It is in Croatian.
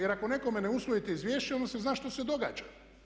Jer ako nekome ne usvojite izvješća onda se zna što se događa.